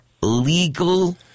legal